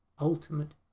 ultimate